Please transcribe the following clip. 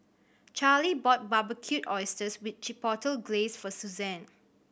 Charly bought Barbecued Oysters with Chipotle Glaze for Suzanne